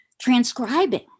transcribing